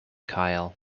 kyle